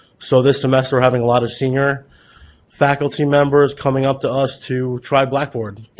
so this semester having a lot of senior faculty members coming up to us to try blackboard,